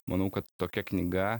manau kad tokia knyga